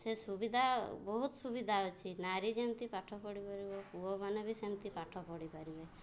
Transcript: ସେ ସୁବିଧା ବହୁତ ସୁବିଧା ଅଛି ନାରୀ ଯେମିତି ପାଠ ପଢ଼ିପାରିବ ପୁଅମାନେ ବି ସେମିତି ପାଠ ପଢ଼ିପାରିବେ